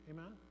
Amen